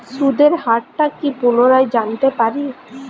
সুদের হার টা কি পুনরায় জানতে পারি?